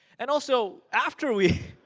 and also, after we